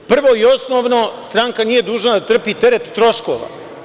Prvo i osnovno, stranka nije dužna da trpi teret troškova.